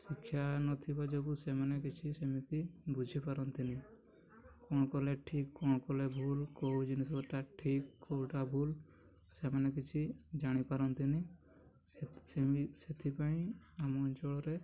ଶିକ୍ଷା ନଥିବା ଯୋଗୁଁ ସେମାନେ କିଛି ସେମିତି ବୁଝିପାରନ୍ତି ନି କ'ଣ କଲେ ଠିକ୍ କ'ଣ କଲେ ଭୁଲ୍ କୋଉ ଜିନିଷଟା ଠିକ୍ କୋଉଟା ଭୁଲ୍ ସେମାନେ କିଛି ଜାଣିପାରନ୍ତି ନି ସେମିତି ସେଥିପାଇଁ ଆମ ଅଞ୍ଚଳରେ